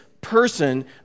person